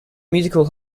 musical